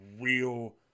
real